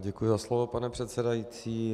Děkuji za slovo, pane předsedající.